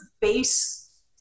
base